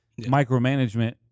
micromanagement